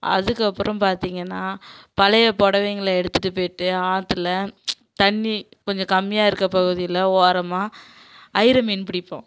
அதுக்கு அப்புறம் பார்த்தீங்கன்னா பழையை புடவைங்கள எடுத்துகிட்டு போயிட்டு ஆற்றில தண்ணி கொஞ்சம் கம்மியாக இருக்கற பகுதியில் ஓரமாக அயிரை மீன் பிடிப்போம்